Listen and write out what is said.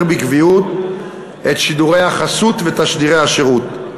בקביעות את שידורי החסות ותשדירי השירות.